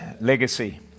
Legacy